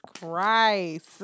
Christ